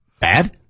Bad